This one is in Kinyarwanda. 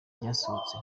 ryasohotse